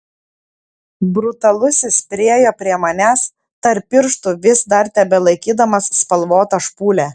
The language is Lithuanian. brutalusis priėjo prie manęs tarp pirštų vis dar tebelaikydamas spalvotą špūlę